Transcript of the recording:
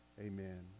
amen